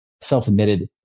self-admitted